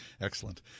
Excellent